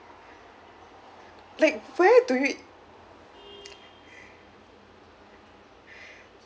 like where do you